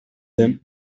them